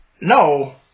no